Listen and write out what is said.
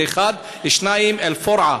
זה, 1. 2. אל-פורעה,